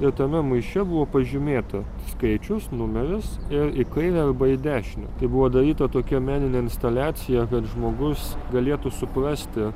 ir tame maiše buvo pažymėta skaičius numeris ir į kairę arba į dešinę tai buvo daryta tokia meninė instaliacija kad žmogus galėtų suprasti